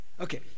Okay